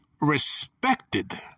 respected